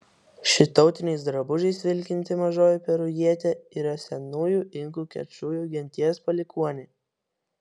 ši tautiniais drabužiais vilkinti mažoji perujietė yra senųjų inkų kečujų genties palikuonė